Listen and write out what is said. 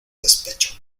despecho